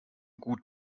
gut